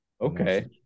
okay